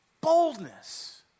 boldness